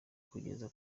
kugeza